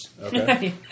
Okay